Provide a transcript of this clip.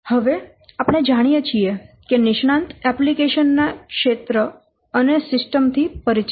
હવે આપણે જાણીએ છીએ કે નિષ્ણાંત એપ્લિકેશન ના ક્ષેત્ર અને સિસ્ટમ થી પરિચિત છે